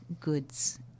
goods